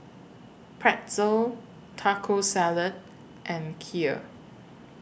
Pretzel Taco Salad and Kheer